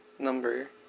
number